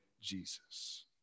Jesus